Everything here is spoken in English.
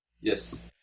Yes